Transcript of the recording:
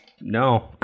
No